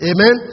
Amen